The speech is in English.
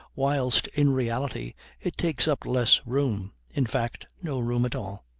whilst in reality it takes up less room in fact, no room at all.